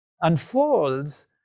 unfolds